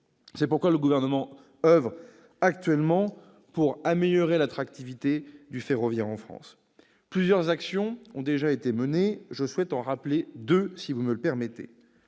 C'est pourquoi le Gouvernement oeuvre actuellement pour améliorer l'attractivité du fret ferroviaire en France. Plusieurs actions ont déjà été menées. Je souhaite mentionner deux d'entre elles.